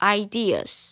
ideas